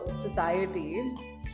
society